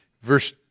Verse